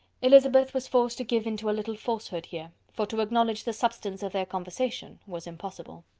elizabeth was forced to give into a little falsehood here for to acknowledge the substance of their conversation was impossible.